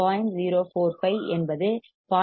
045 என்பது 0